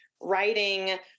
writing